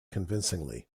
convincingly